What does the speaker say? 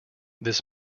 this